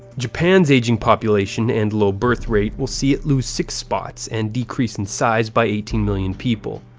japan's aging population and low birth rate will see it lose six spots and decrease in size by eighteen million people.